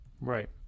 right